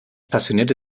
passionierte